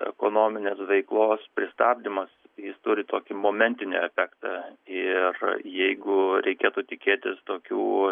ekonominės veiklos pristabdymas jis turi tokį momentinį efektą ir jeigu reikėtų tikėtis tokių